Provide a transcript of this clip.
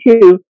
two